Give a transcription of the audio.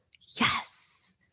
yes